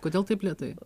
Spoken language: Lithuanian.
kodėl taip lėtai